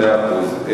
מאה אחוז.